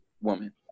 woman